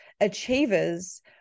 achievers